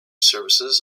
services